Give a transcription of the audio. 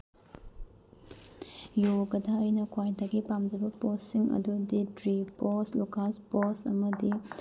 ꯌꯣꯒꯗ ꯑꯩꯅ ꯈ꯭ꯋꯥꯏꯗꯒꯤ ꯄꯥꯝꯖꯕ ꯄꯣꯁꯁꯤꯡ ꯑꯗꯨꯗꯤ ꯇ꯭ꯔꯤ ꯄꯣꯁ ꯂꯨꯀꯥꯁ ꯄꯣꯁ ꯑꯃꯗꯤ